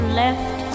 left